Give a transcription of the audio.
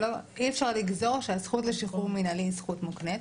אי אפשר לגזור שהזכות לשחרור מינהלי היא זכות מוקנית.